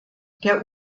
der